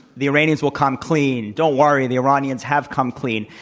the iranians will come clean. don't worry, the iranians have come clean.